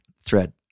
thread